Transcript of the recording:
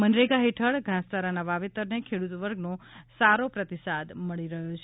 મનરેગા હેઠળ ઘાસયારાના વાવેતરને ખેડૂત વર્ગનો સારો પ્રતિસાદ મળી રહ્યો છે